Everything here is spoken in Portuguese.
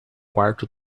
quarto